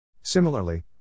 Similarly